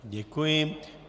Děkuji.